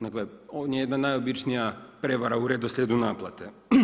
Dakle ona je jedna najobičnija prijevara u redoslijedu naplate.